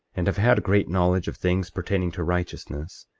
and have had great knowledge of things pertaining to righteousness,